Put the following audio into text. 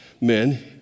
men